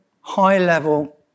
high-level